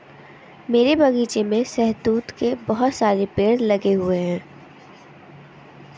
मेरे बगीचे में शहतूत के बहुत सारे पेड़ लगे हुए हैं